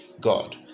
god